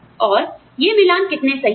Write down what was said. और ये मिलान कितने सही हैं